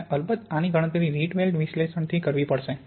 અને અલબત્ત આની ગણતરી રીટવેલ્ડ વિશ્લેષણથી કરવી પડશે